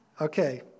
Okay